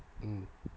mm